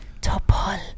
Topol